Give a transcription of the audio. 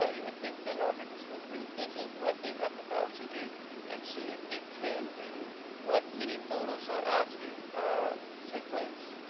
ah you would think the lawmakers would revisit what they have the power to do and see if they can do what many voters are asking take place.